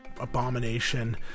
abomination